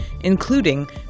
including